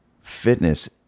Fitness